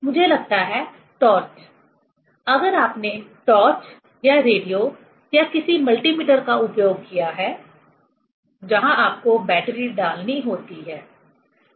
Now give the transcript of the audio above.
मुझे लगता हैटॉर्च अगर आपने टॉर्च या रेडियो या किसी मल्टी मीटर का उपयोग किया है जहां आपको बैटरी डालनी होती है